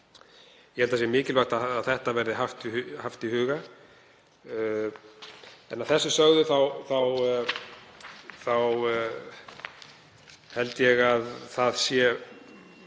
Ég held að það sé mikilvægt að þetta verði haft í huga. Að þessu sögðu þá held ég að það sé